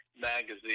magazine